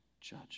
judge